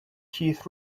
keith